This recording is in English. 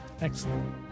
Excellent